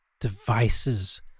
devices